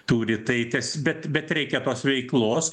turi tai tas bet bet reikia tos veiklos